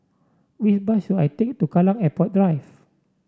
which bus should I take to Kallang Airport Drive